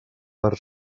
per